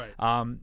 Right